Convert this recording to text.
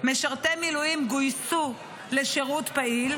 משרתי מילואים גויסו לשירות פעיל,